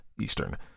Eastern